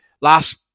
Last